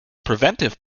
preventive